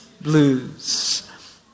blues